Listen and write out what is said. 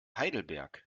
heidelberg